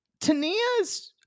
Tania's